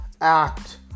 act